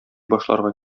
башларга